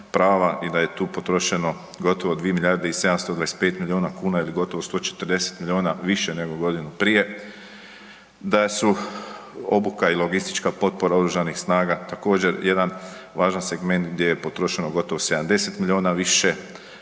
i da je tu potrošeno gotovo 2 milijarde i 725 milijuna kuna ili gotovo 140 milijuna više nego godinu prije. Da su obuka i logistička potpora Oružanih snaga također, jedan važan segment gdje je potrošno gotovo 70 milijuna više,